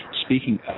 speaking